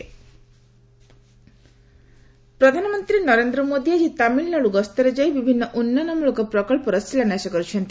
PM Tamil Nadu ପ୍ରଧାନମନ୍ତ୍ରୀ ନରେନ୍ଦ୍ର ମୋଦି ଆଜି ତାମିଲ୍ନାଡୁ ଗସ୍ତରେ ଯାଇ ବିଭିନ୍ନ ଉନ୍ନୟନ ପ୍ରକଳ୍ପର ଶିଳାନ୍ୟାସ କରିଛନ୍ତି